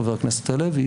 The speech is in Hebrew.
חבר הכנסת לוי,